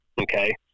Okay